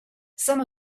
some